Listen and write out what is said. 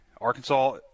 Arkansas